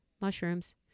mushrooms